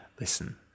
listen